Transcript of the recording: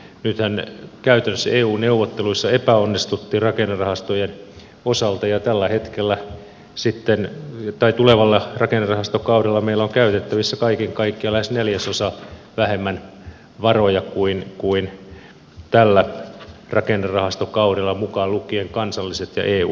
nythän käytännössä eu neuvotteluissa epäonnistuttiin rakennerahastojen osalta ja tulevalla rakennerahastokaudella meillä on käytettävissä kaiken kaikkiaan lähes neljäsosa vähemmän varoja kuin tällä rakennerahastokaudella mukaan lukien kansalliset ja eu varat